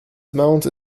amount